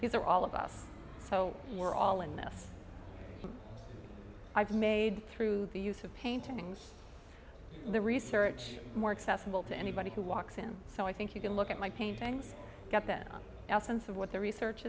because they're all of us so we're all in this i've made through the use of paintings the research more accessible to anybody who walks in so i think you can look at my paintings get that out sense of what the research